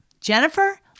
Jennifer